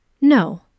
No